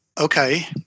Okay